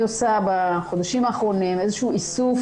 בחודשים האחרונים אני עושה איזשהו איסוף